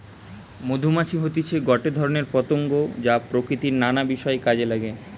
মধুমাছি হতিছে গটে ধরণের পতঙ্গ যা প্রকৃতির নানা বিষয় কাজে নাগে